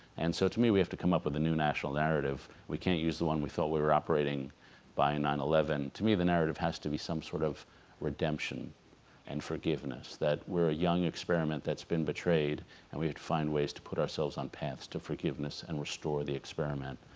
and so to me we have to come up with a new national narrative. we can't use the one we thought we were operating by nine eleven. to me the narrative has to be some sort of redemption and forgiveness that we're a young experiment that's been betrayed and we had to find ways to put ourselves on paths to forgiveness and restore the experiment,